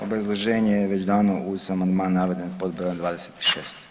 Obrazloženje je već dano uz amandman naveden pod br. 26.